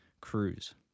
cruise